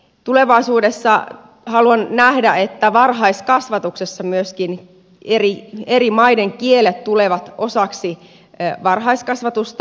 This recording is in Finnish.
tulevaisuudessa haluan nähdä että varhaiskasvatuksessa myöskin eri maiden kielet tulevat osaksi varhaiskasvatusta